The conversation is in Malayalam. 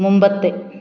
മുമ്പത്തെ